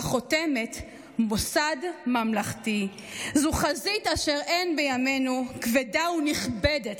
החותמת 'מוסד ממלכתי!' / זו חזית אשר אין בימינו כבדה ונכבדת